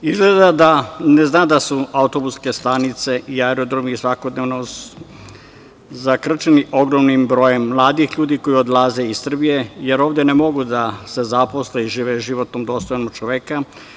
Izgleda da ne zna da su autobuske stanice i aerodromi svakodnevno zakrčeni ogromnim brojem mladih ljudi koji odlaze iz Srbije, jer ovde ne mogu da se zaposle i žive život dostojnog čoveka.